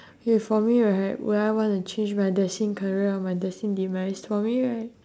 K for me right would I want to change my destine career or my destine demise for me right